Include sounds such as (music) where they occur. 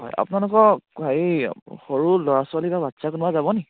হয় আপোনালোকৰ হেৰি সৰু ল'ৰা ছোৱালী (unintelligible) বাচ্ছা কোনোবা যাব নেকি